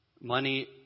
Money